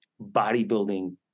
bodybuilding